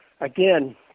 Again